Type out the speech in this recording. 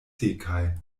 sekaj